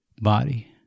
body